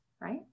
right